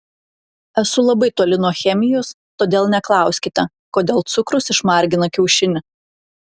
esu labai toli nuo chemijos todėl neklauskite kodėl cukrus išmargina kiaušinį